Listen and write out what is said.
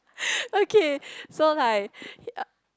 okay so like